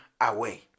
away